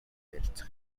ярилцах